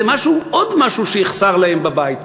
זה עוד משהו שיחסר להם בבית,